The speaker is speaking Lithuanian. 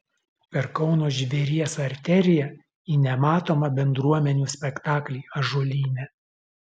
per kauno žvėries arteriją į nematomą bendruomenių spektaklį ąžuolyne